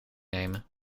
nemen